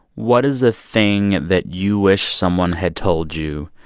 what is a thing that you wish someone had told you